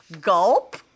gulp